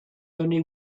only